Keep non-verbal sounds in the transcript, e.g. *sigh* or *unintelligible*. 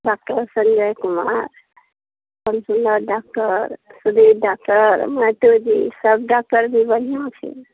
doctor Sanjay Kumar *unintelligible* doctor Sudhir doctor Mehto ji सब doctor भी बढ़िआँ छै